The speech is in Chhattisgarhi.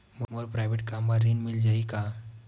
मोर प्राइवेट कम बर ऋण मिल जाही का?